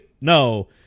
No